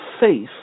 faith